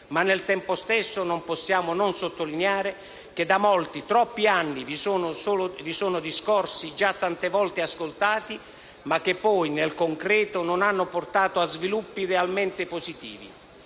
Ma, al tempo stesso, non possiamo non sottolineare che da molti, troppi anni vi sono discorsi già tante volte ascoltati ma che poi, nel concreto, non hanno portato a sviluppi realmente positivi.